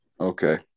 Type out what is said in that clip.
okay